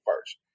first